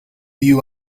you